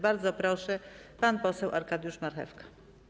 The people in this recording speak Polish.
Bardzo proszę, pan poseł Arkadiusz Marchewka.